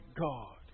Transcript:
God